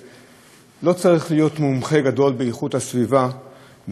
לא צריך להיות מומחה גדול באיכות הסביבה ולא צריך להיות